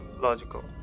logical